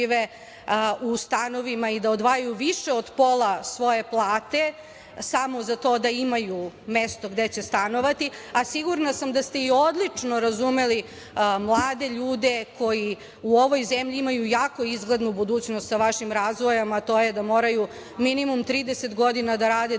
u stanovima i da odvajaju više od pola svoje plate samo za to da imaju mesto gde će stanovati, a sigurna sam da ste i odlično razumeli mlade ljude koji u ovoj zemlji imaju jako izglednu budućnost sa vašim razvojem, a to je da moraju minimum 30 godina da rade da bi